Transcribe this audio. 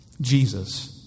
Jesus